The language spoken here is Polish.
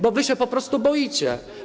Bo wy się po prostu boicie.